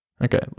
Okay